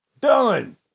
Done